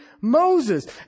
Moses